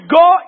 go